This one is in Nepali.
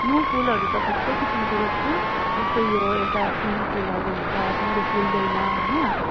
म फुलहरू त थुप्रो किसीमको रोप्छु जस्तै यो एउटा सिन फुलहरू हुन्छ जुनले फुल्दैन होइन